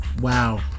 Wow